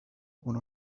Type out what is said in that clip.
one